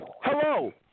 hello